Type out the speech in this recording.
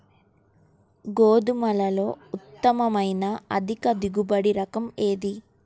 గోధుమలలో ఉత్తమమైన అధిక దిగుబడి రకం ఏది?